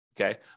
okay